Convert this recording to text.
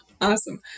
Awesome